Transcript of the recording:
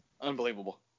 unbelievable